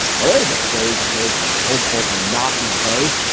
well, there is a phrase that goes from hopeful to not in a hurry.